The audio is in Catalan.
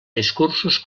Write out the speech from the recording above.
discursos